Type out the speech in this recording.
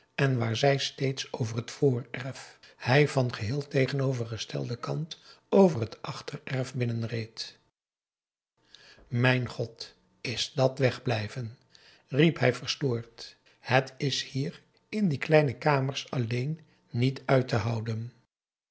en waar zij steeds over het voorerf hij van geheel tegenovergestelden kant over het achtererf binnenreed mijn god is dat wegblijven riep hij verstoord het is hier in die kleine kamers alleen niet uit te houden